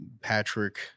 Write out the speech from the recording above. patrick